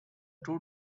two